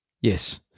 Yes